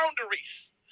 boundaries